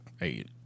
eight